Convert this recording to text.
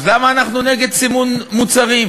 אז למה אנחנו נגד סימון מוצרים?